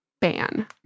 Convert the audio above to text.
ban